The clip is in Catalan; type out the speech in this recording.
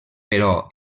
però